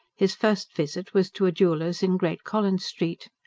his first visit was to a jeweller's in great collins street.